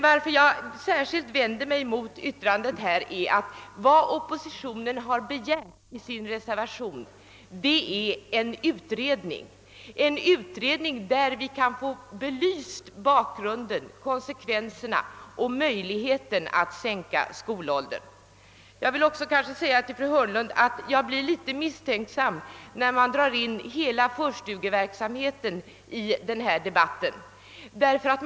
Vad oppositionen begärt i sin reservation är en utredning som kan belysa konsekvenserna av och möjligheterna till en sänkt skolålder. Jag vill också till fru Hörnlund säga att jag blir mycket misstänksam när man drar in barnstugeverksamheten i sin helhet i en sådan här debatt.